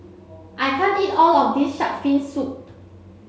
I can't eat all of this shark's fin soup